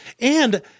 And-